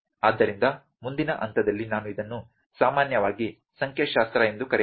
ಆದ್ದರಿಂದ ಮುಂದಿನ ಹಂತದಲ್ಲಿ ನಾನು ಇದನ್ನು ಸಾಮಾನ್ಯವಾಗಿ ಸಂಖ್ಯಾಶಾಸ್ತ್ರ ಎಂದು ಕರೆಯಬಹುದು